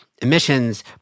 Emissions